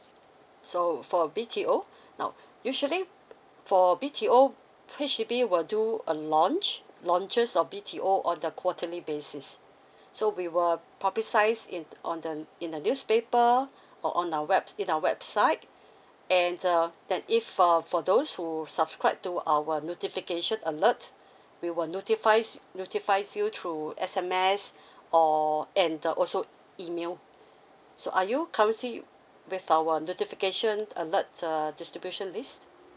so for a B_T_O now usually for B_T_O H_D_B will do a launch launches or B_T_O on a quarterly basis so we were publicize in on the in the newspaper or on our web in our website and uh that if uh for those who subscribe to our notification alert we will notifies notifies you through S_M_S or and the also email so are you currently with our notification alert uh distribution list